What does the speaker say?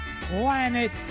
planet